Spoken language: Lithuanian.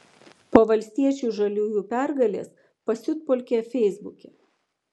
po valstiečių žaliųjų pergalės pasiutpolkė feisbuke